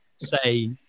say